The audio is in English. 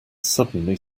suddenly